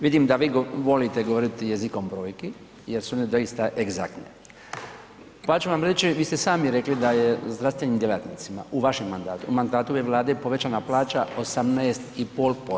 Vidim da vi volite govoriti jezikom brojki jer su one doista egzaktne, pa ću vam reći vi ste sami rekli da je zdravstvenim djelatnicima u vašem mandatu u mandatu ove Vlade povećana plaća 18,5%